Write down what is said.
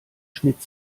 schnitt